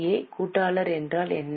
ஏ கூட்டாளர் என்றால் என்ன